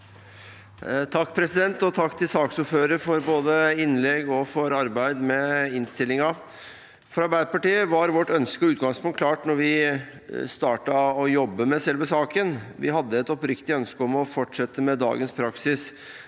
(A) Takk til saksordfø- rer for både innlegget og arbeidet med innstillingen. For Arbeiderpartiet var vårt ønske og utgangspunkt klart da vi startet å jobbe med selve saken. Vi hadde et oppriktig ønske om å fortsette med dagens praksis,